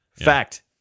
Fact